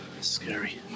scary